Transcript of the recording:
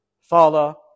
Father